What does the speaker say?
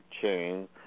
chain